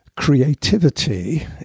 creativity